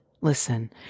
Listen